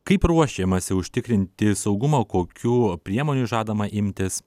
kaip ruošiamasi užtikrinti saugumą kokių priemonių žadama imtis